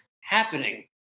happening